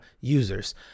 users